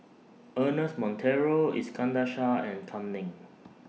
Ernest Monteiro Iskandar Shah and Kam Ning